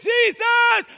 Jesus